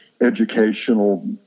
educational